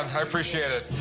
i appreciate it.